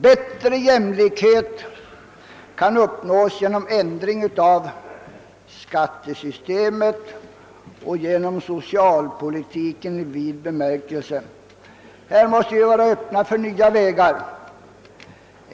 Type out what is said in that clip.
Bättre jämlikhet kan uppnås genom ändring av skattesystemet och genom socialpolitiken i vid bemärkelse. Här måste vi visa oss öppna för att pröva nya vägar.